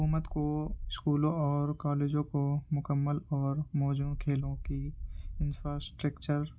حکومت کو اسکولوں اور کالجوں کو مکمل اور موجوں کھیلوں کی انفاسٹکچر